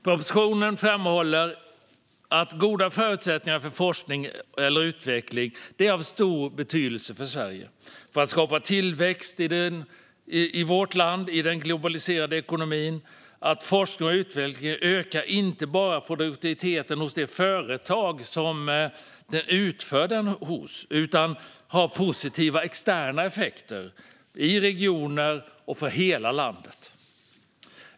Propositionen framhåller att goda förutsättningar för forskning och utveckling är av stor betydelse för Sverige för att skapa tillväxt i en globaliserad ekonomi. Forskning och utveckling ökar inte enbart produktiviteten hos det företag som bedriver den utan har positiva externa effekter i regioner och för hela landet.